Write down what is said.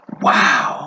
Wow